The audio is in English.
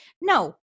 no